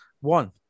One